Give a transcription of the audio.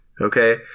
okay